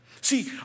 See